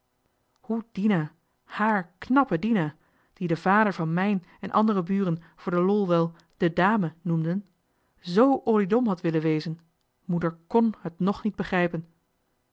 dina hààr knàppe dina die de vader van mijn en andere buren voor de lol wel de dame noemden z oliedom had willen wezen moeder kn het nog niet begrijpen